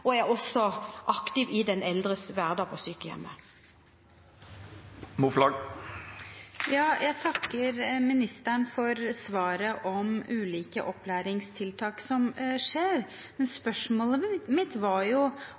og være aktiv i de eldres hverdag på sykehjemmet. Jeg takker ministeren for svaret om ulike opplæringstiltak, men spørsmålet mitt var